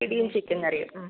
പിടിയും ചിക്കൻ കറിയും